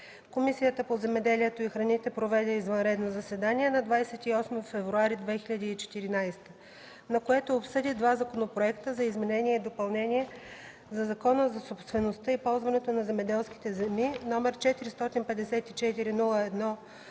Комисията по земеделието и храните проведе извънредно заседание на 28 февруари 2014 г., на което обсъди два законопроекта за изменение и допълнение за Закона за собствеността и ползването на земеделските земи, № 454-01-9,